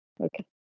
Okay